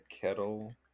Kettle